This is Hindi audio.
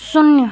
शून्य